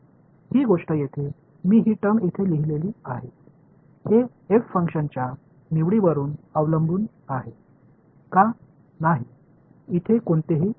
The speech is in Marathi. ही गोष्ट येथे मी ही टर्म येथे लिहिलेली आहे हे f फंक्शनच्या निवडीवर अवलंबून आहे का नाही इथे कोणतेही f नाही